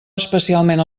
especialment